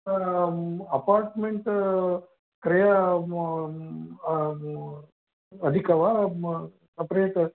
apartment क्रयणम् अधिकं वा सपरेट्